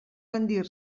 rendir